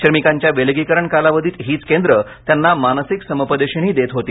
श्रमिकांच्या विलगीकरण कालावधीत हीच केंद्र त्यांना मानसिक समुपदेशनही देत होती